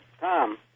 Tom